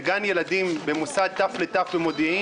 ביקרתי בגן ילדים במוסד "טף לטף" במודיעין,